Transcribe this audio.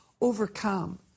overcome